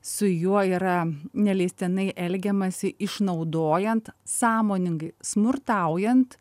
su juo yra neleistinai elgiamasi išnaudojant sąmoningai smurtaujant